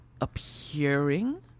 appearing